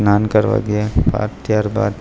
સ્નાન કરવા ગયા બાદ ત્યારબાદ